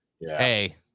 hey